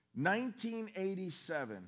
1987